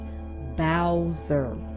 Bowser